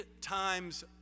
times